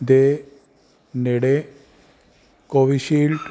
ਦੇ ਨੇੜੇ ਕੋਵਿਸ਼ਿਲਡ